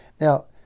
Now